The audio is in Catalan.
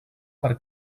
per